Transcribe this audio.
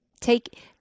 take